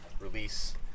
Release